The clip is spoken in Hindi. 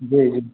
जी